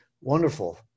wonderful